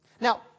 Now